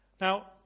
Now